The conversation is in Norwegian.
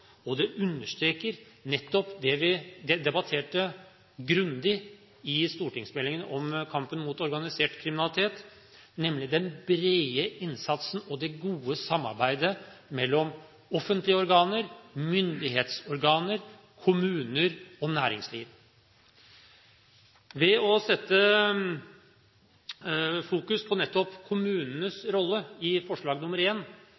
alvor. Det understreker nettopp det vi debatterte grundig i forbindelse med stortingsmeldingen om kampen mot organisert kriminalitet, nemlig den brede innsatsen og det gode samarbeidet mellom offentlige organer, myndighetsorganer, kommuner og næringsliv. Ved å rette fokus mot nettopp